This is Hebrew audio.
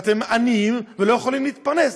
אתם עניים ולא יכולים להתפרנס.